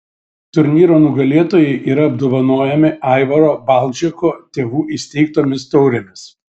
turnyro nugalėtojai yra apdovanojami aivaro balžeko tėvų įsteigtomis taurėmis